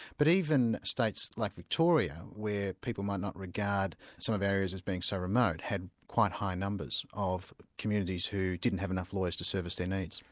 but even states like victoria, where people might not regard some of those areas as being so remote, had quite high numbers of communities who didn't have enough lawyers to service their needs.